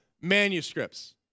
manuscripts